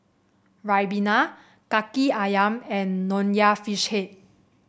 ribena kaki ayam and Nonya Fish Head